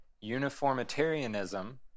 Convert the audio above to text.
Uniformitarianism